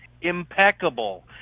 impeccable